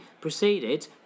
proceeded